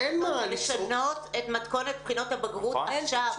צריך יהיה לנצל את ההזדמנות לשנות את מתכונת בחינות הבגרות עכשיו.